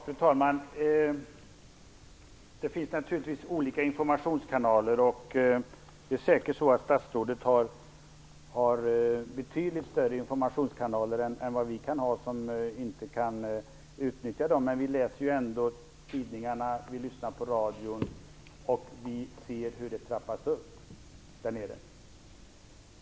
Fru talman! Det finns naturligtvis olika informationskanaler. Statsrådet har säkert betydligt fler informationskanaler än vad vi som inte kan utnyttja dem har, men vi läser ändå tidningarna och lyssnar på radion och ser hur konflikten trappas upp där nere.